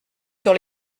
sur